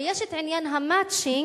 ויש את עניין ה"מצ'ינג",